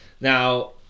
Now